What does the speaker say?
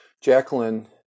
Jacqueline